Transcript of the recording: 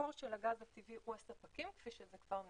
המקור של הגז הטבעי הוא הספקים, כפי שכבר נאמר,